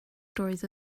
stories